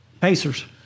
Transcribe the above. Pacers